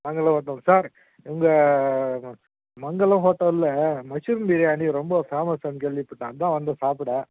மங்களம் ஹோட்டலா சார் உங்கள் மங்களம் ஹோட்டலில் மஷ்ரூம் பிரியாணி ரொம்ப ஃபேமஸ்ஸுன்னு கேள்விப்பட்டேன் அதுதான் வந்தேன் சாப்பிட